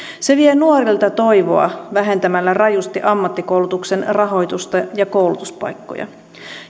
se vie nuorilta toivoa vähentämällä rajusti ammattikoulutuksen rahoitusta ja koulutuspaikkoja